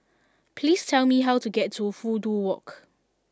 please tell me how to get to Fudu Walk